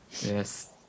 Yes